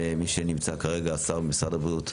ומי שנמצא כרגע שר במשרד הבריאות,